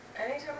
Anytime